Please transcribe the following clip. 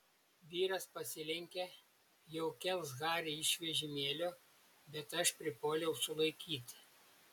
vyras pasilenkė jau kels harį iš vežimėlio bet aš pripuoliau sulaikyti